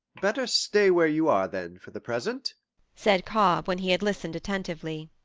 better stay where you are, then, for the present said cobb, when he had listened attentively.